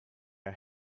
are